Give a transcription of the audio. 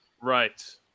Right